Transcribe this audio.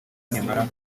nimara